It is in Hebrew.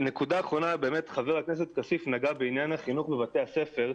אחרונה, עניין החינוך בבתי הספר.